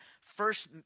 first